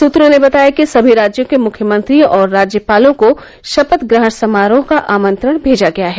सूत्रों ने बताया कि सभी राज्यों के मुख्यमंत्रियों और राज्यपालों को शपथग्रहण समारोह का आमंत्रण भेजा गया है